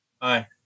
Hi